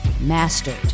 mastered